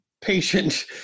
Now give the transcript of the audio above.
patient